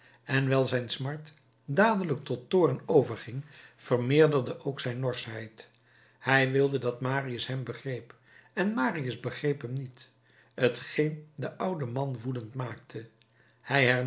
en wijl zijn smart dadelijk tot toorn overging vermeerderde ook zijn norschheid hij wilde dat marius hem begreep en marius begreep hem niet t geen den ouden man woedend maakte